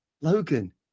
Logan